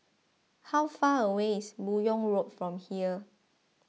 how far away is Buyong Road from here